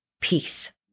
peace